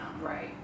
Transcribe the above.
Right